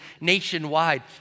nationwide